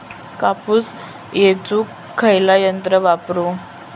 कापूस येचुक खयला यंत्र वापरू?